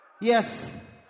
Yes